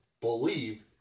believe